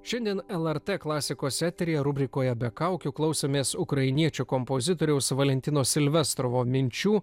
šiandien lrt klasikos eteryje rubrikoje be kaukių klausomės ukrainiečių kompozitoriaus valentino silvestro minčių